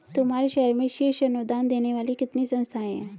तुम्हारे शहर में शीर्ष अनुदान देने वाली कितनी संस्थाएं हैं?